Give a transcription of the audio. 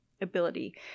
ability